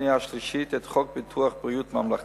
שנייה ושלישית את חוק ביטוח בריאות ממלכתי,